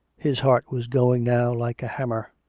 his heart was going now like a hammer.